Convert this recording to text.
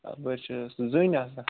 بہٕ چھُس آسان